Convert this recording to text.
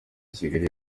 kigali